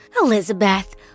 Elizabeth